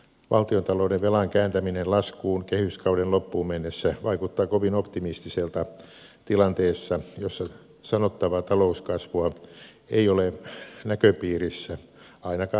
valtiontalouden velan kääntäminen laskuun kehyskauden loppuun mennessä vaikuttaa kovin optimistiselta tilanteessa jossa sanottavaa talouskasvua ei ole näköpiirissä ainakaan lähivuosina